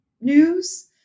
news